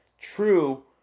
true